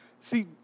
See